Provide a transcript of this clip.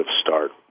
start